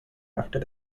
after